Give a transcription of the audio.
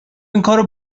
اینکارو